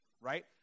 right